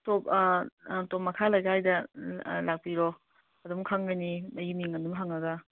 ꯇꯣꯞ ꯇꯣꯞ ꯃꯈꯥ ꯂꯩꯀꯥꯏꯗ ꯂꯥꯛꯄꯤꯔꯣ ꯑꯗꯨꯝ ꯈꯪꯒꯅꯤ ꯑꯩꯒꯤ ꯃꯤꯡ ꯑꯗꯨꯝ ꯍꯪꯉꯒ